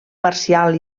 marcial